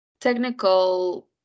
technical